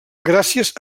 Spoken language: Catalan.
gràcies